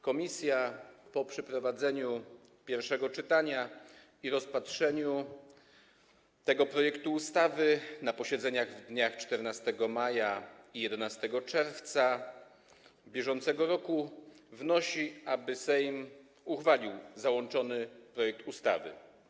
Komisja po przeprowadzeniu pierwszego czytania i rozpatrzeniu tego projektu na posiedzeniach w dniach 14 maja i 11 czerwca br. wnosi, aby Sejm uchwalił załączony projekt ustawy.